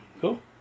cool